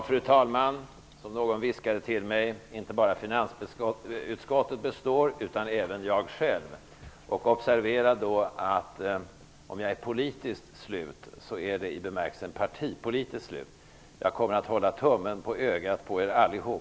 Fru talman! Som någon viskade till mig: Inte bara finansutskottet består utan även jag själv. Observera då att om jag är politiskt slut är det i bemärkelsen partipolitiskt slut. Jag kommer att hålla tummen på ögat på er alla.